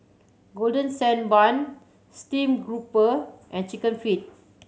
Golden Sand Bun steamed grouper and Chicken Feet